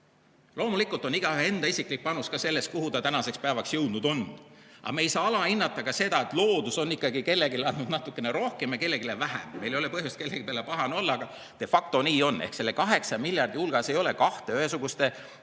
Loomulikult on igaühe enda isiklik panus ka selles, kuhu ta tänaseks on jõudnud. Aga me ei saa alahinnata ka seda, et loodus on ikkagi kellelegi andnud natukene rohkem ja kellelegi vähem. Meil ei ole põhjust kellegi peale pahane olla, agade factonii on. Ehk selle kaheksa miljardi hulgas ei ole kahte ühesuguste